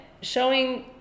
showing